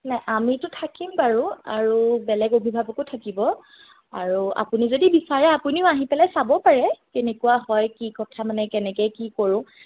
নাই আমিতো থাকিম বাৰু আৰু বেলেগ অভিভাৱকো থাকিব আৰু আপুনি যদি বিচাৰে আপুনিও আহি পেলাই চাব পাৰে কেনেকুৱা হয় কি কথা মানে কেনেকৈ কি কৰোঁ